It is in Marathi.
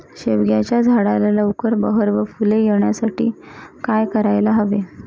शेवग्याच्या झाडाला लवकर बहर व फूले येण्यासाठी काय करायला हवे?